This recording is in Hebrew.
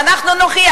ואנחנו נוכיח,